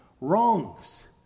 wrongs